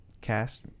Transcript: cast